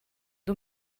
the